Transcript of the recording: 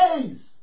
days